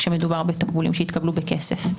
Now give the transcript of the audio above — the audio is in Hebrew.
כשמדובר בתקבולים שהתקבלו בכסף.